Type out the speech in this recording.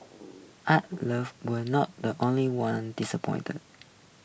art love were not the only ones disappointed